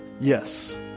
yes